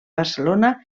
barcelona